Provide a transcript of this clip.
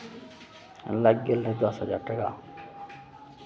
लागि गेल रहै दस हजार टाका